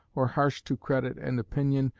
or harsh to credit and opinion,